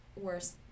worse